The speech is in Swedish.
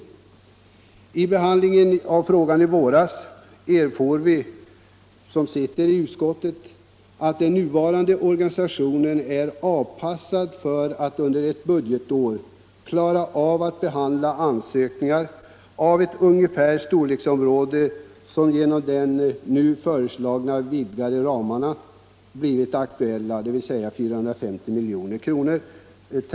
Vid behandlingen av frågan i våras erfor vi som sitter i utskottet att den nuvarande organisationen är avpassad för att under ett budgetår klara av att behandla ansökningar av ungefär den storleksordning som genom den av regeringen föreslagna vidgningen nu blivit aktuell, dvs. 450 milj.kr. .